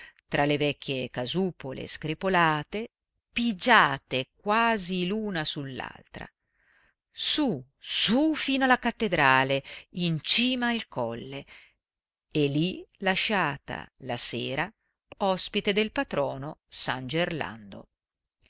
tra le vecchie casupole screpolate pigiate quasi l'una sull'altra su su fino alla cattedrale in cima al colle e lì lasciata la sera ospite del patrono s gerlando